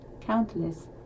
countless